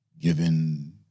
given